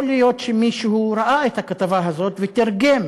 יכול להיות שמישהו ראה את הכתבה הזאת ותרגם